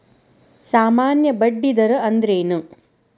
ಸಾಮಾನ್ಯ ಬಡ್ಡಿ ದರ ಅಂದ್ರೇನ?